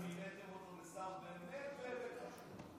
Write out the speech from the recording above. מיניתם אותו לשר באמת באמת חשוב.